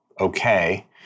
okay